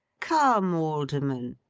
come, alderman!